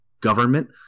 government